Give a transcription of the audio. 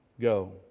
go